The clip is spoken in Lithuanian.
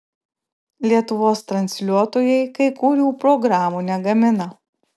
lietuvos transliuotojai kai kurių programų negamina